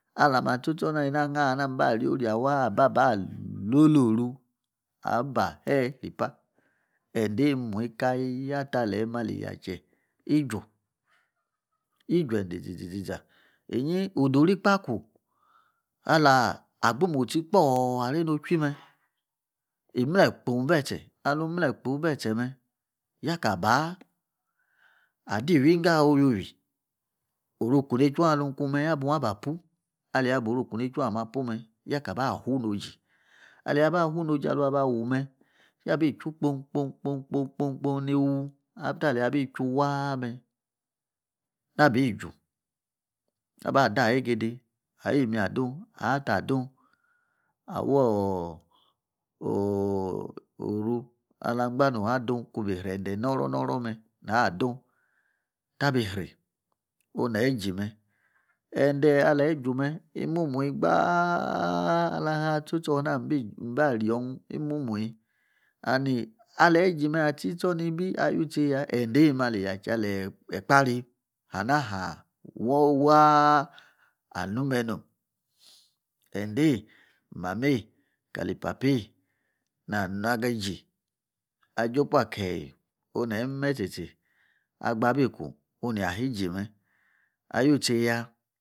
Alama tchor tchor eina a ang hani namba rioreina, ma ba lolo ru aba ee iba enda imuyi kayata a leiyi maa ali yache iju. yi ju endi ziziza. inyi odorugbaku ala gbimotsi gboor areinopi me, imle kpu ibi etse. Alung imle kpu ibe tche me, ka ba. Adi iwi ingawa owowi. oru oku heichong alung ikun me yaba pu. Ale yi abo'oru oku nei chung ama aba pu me yakabah fu noji. A leyi aba fuu noji alung aba wuu me yabi chu kpon kpon kpon novou. After aleyi abi chuu waa me; na bi ju. Na ba da aweigeide wii imi adung awata a'dung, awoor to oruala angba owadung kun bi srende onoro noro me; na dung ta bi sri ong ne yi jii me ende aleyi guu me, imumuyi gbaa alahina aso'nang ma riang imumuyi and aleyi iju me achi choor ni bi agu teiyi yaa edei ma ali ya che a leyi ekpari na hana ha waa anu me nom. Eindei, mamei kahi papei na giji ajo pua akeyi neyi imime tchi tchi agba bi ku, onu neyi iju me. Ayucheiyi ya.